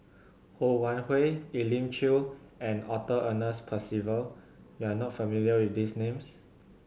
Ho Wan Hui Elim Chew and Arthur Ernest Percival you are not familiar with these names